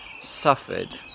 suffered